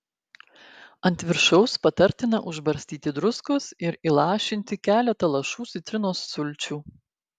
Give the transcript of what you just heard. ant viršaus patartina užbarstyti druskos ir įlašinti keletą lašų citrinos sulčių